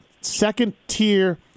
second-tier